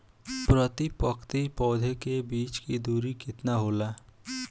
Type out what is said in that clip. प्रति पंक्ति पौधे के बीच की दूरी केतना होला?